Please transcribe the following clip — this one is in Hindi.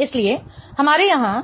इसलिए हमारे यहां